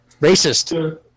Racist